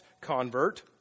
convert